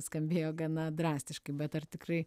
skambėjo gana drastiškai bet ar tikrai